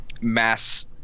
mass